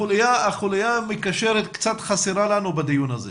החוליה המקשרת קצת חסרה לנו בדיון הזה.